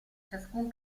ciascun